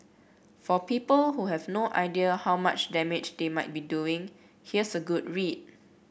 for people who have no idea how much damage they might be doing here's a good read